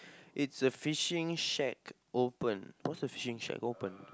it's a fishing shack open whats a fishing shack open